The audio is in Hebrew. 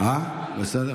אפשר?